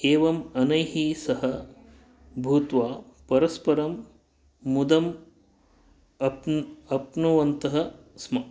एवम् अनैः सः भूत्वा परस्परं मोदम् आप्नु आप्नुवन्तः स्म